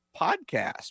Podcast